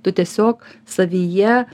tu tiesiog savyje